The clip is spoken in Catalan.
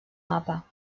mapa